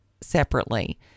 separately